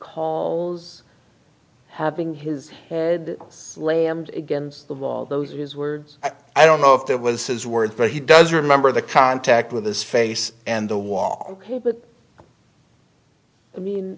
recalls having his head slammed against the wall those are his words i don't know if that was his words but he does remember the contact with his face and the wall but i mean